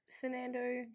Fernando